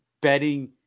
betting